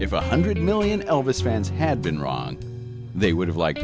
if a hundred million elvis fans had been wrong they would have like